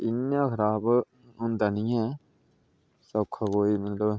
इयां खराब होंदा नी ऐ सौक्खा कोई मतलब